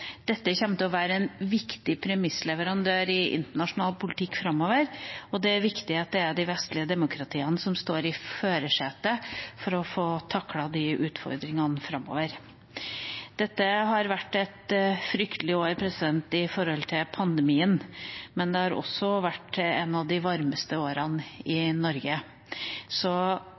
Dette kommer til å være en viktig premissleverandør i internasjonal politikk framover, og det er viktig at det er de vestlige demokratiene som er i førersetet for å takle de utfordringene. Dette har vært et fryktelig år med tanke på pandemien, men det har også vært et av de varmeste årene i Norge. Så